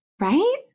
right